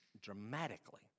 dramatically